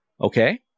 Okay